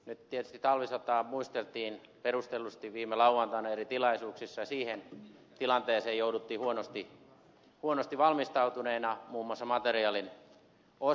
nyt tietysti talvisotaa muisteltiin perustellusti viime lauantaina eri tilaisuuksissa ja siihen tilanteeseen jouduttiin huonosti valmistautuneena muun muassa materiaalin osalta